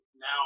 now